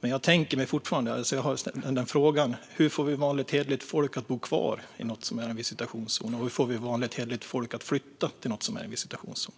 men jag ställer då frågan: Hur får vi vanligt hederligt folk att bo kvar i en visitationszon och hur vi får vanligt hederligt folk att flytta till en visitationszon?